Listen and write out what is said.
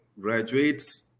graduates